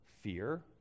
fear